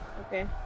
Okay